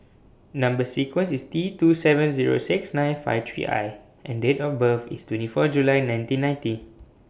Number sequence IS T two seven Zero six nine five three I and Date of birth IS twenty four July nineteen ninety